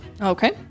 Okay